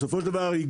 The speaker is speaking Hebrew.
בסופו של דבר,